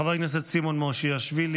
חבר הכנסת סימון מושיאשוילי,